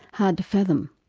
hard to fathom.